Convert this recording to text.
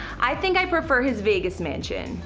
i think i prefer his vegas mansion.